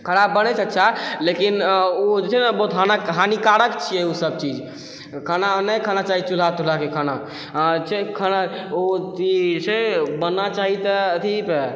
खाना बनै छै अच्छा लेकिन उ जे छै ने बहुत हानिकारक छियै उ सब चीज खाना नहि खाना चाही चूल्हा तुलहाके खाना छै खाना उ अथी छै बनना चाही तऽ अथीपर